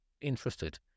interested